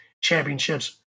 championships